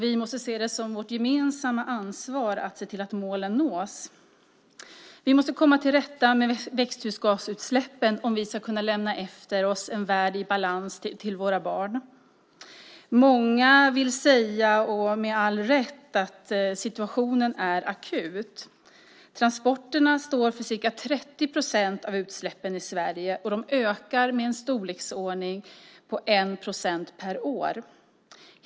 Vi måste se det som vårt gemensamma ansvar att se till att målen nås. Vi måste komma till rätta med växthusgasutsläppen om vi ska kunna lämna efter oss en värld i balans till våra barn. Många säger, med all rätt, att situationen är akut. Transporterna står för ca 30 procent av utsläppen i Sverige, och de ökar i storleksordningen 1 procent per år.